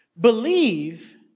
believe